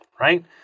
right